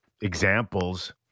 examples